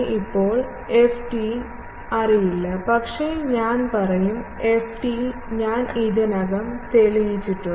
ഇപ്പോൾ ft അറിയില്ല പക്ഷേ ഞാൻ പറയും ft ഞാൻ ഇതിനകം തെളിയിച്ചിട്ടുണ്ട്